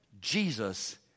Jesus